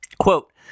Quote